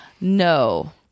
No